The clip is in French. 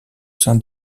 sein